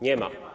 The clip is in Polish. Nie ma.